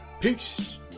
Peace